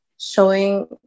showing